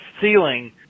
ceiling